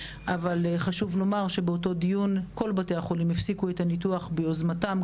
אבל חשוב לומר שבאותו דיון כל בתי החולים הפסיקו את הניתוח ביוזמתם,